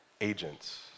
agents